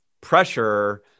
pressure